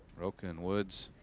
rocca and woods.